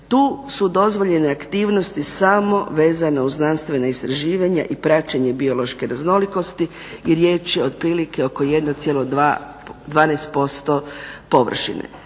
Tu su dozvoljene aktivnosti samo vezane uz znanstvena istraživanja i praćenje biološke raznolikosti i riječ je otprilike oko 1,12% površine.